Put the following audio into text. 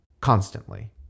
Constantly